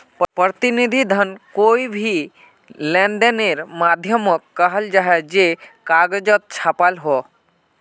प्रतिनिधि धन कोए भी लेंदेनेर माध्यामोक कहाल जाहा जे कगजोत छापाल हो